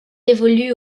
évolue